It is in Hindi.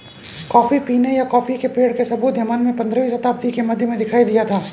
कॉफी पीने या कॉफी के पेड़ के सबूत यमन में पंद्रहवी शताब्दी के मध्य में दिखाई दिया था